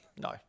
No